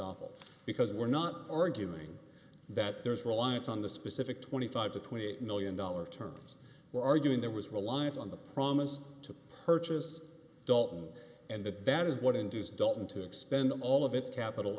estoppel because we're not arguing that there's reliance on the specific twenty five to twenty eight million dollar terms we're arguing there was reliance on the promise to purchase dalton and that bad is what induced dalton to expend all of its capital